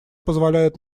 позволяют